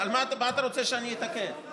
מה אתה רוצה שאני אתקן?